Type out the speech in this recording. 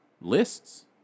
lists